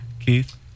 Keith